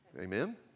amen